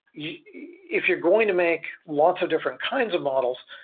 yeah if you're going to make lots of different kinds of models,